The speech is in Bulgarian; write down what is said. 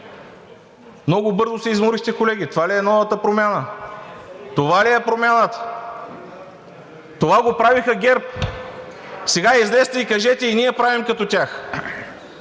Много бързо се изморихте, колеги. Това ли е новата промяна? Това ли е промяната? Това го правиха ГЕРБ! Сега излезте и кажете: „И ние правим като тях.“